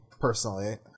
personally